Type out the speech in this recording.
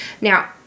Now